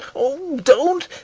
oh, don't.